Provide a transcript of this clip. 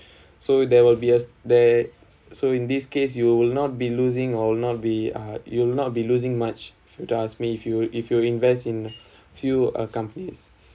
so there will be a there so in this case you will not be losing or not be uh you will not be losing much does mean if you if you invest in few uh companies